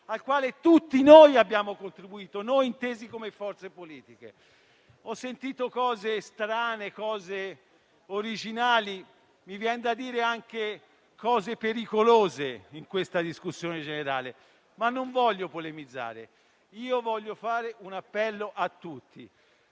al quale tutti noi abbiamo contribuito, noi intesi come forze politiche. Ho sentito cose strane e originali, mi vien da dire anche pericolose in questa discussione generale, ma non voglio polemizzare. Voglio fare un appello a tutti: